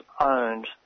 owned